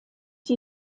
die